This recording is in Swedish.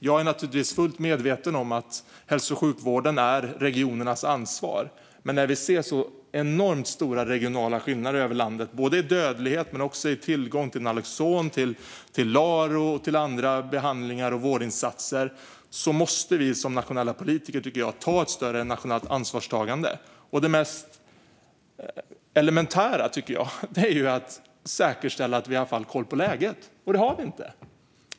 Jag är naturligtvis fullt medveten om att hälso och sjukvården är regionernas ansvar, men när vi ser så enormt stora regionala skillnader över landet, både i dödlighet men också i tillgång till naloxon, LARO och andra behandlingar och vårdinsatser, måste vi som nationella politiker ta ett större nationellt ansvar, tycker jag. Det mest elementära, tycker jag, är att säkerställa att vi i alla fall har koll på läget. Det har vi inte.